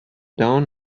down